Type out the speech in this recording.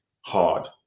hard